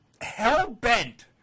hell-bent